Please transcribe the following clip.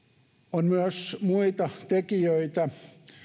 on myös muita tekijöitä